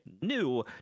new